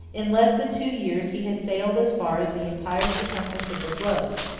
in less than two years he has sailed as far as the entire circumference of the globe,